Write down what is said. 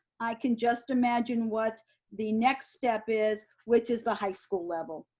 i can just imagine what the next step is, which is the high school level.